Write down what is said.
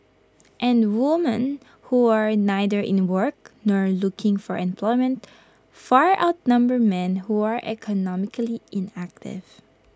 and woman who are neither in the work nor looking for employment far outnumber men who are economically inactive